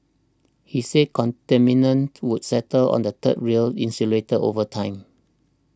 he said contaminants would settle on the third rail insulators over time